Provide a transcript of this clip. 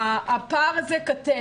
הפער הזה קטן.